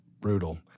Brutal